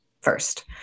first